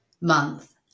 month